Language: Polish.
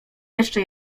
jeszcze